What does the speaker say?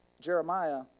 Jeremiah